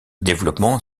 développement